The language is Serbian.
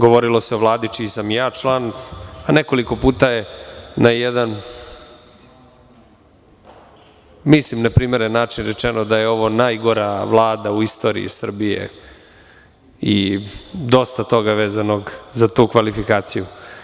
Govorilo se o Vladi čiji sam član, a nekoliko puta je na jedan neprimeren način rečeno da je ovo jedna od najgorih Vlada u istoriji Srbije i dosta toga je vezano za tu kvalifikaciju.